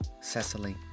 Cecily